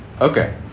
okay